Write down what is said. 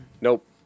nope